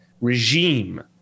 regime